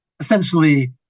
Essentially